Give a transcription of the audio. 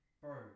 bro